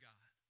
God